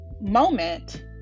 moment